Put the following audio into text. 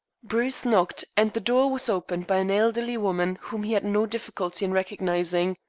bruce knocked, and the door was opened by an elderly woman whom he had no difficulty in recognizing.